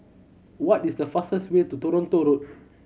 what is the fastest way to Toronto Road